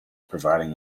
providing